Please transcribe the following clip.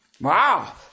Wow